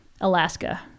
Alaska